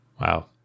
Wow